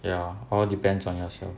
ya all depends on yourself